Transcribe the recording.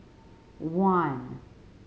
one